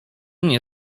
nie